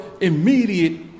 immediate